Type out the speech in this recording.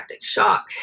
shock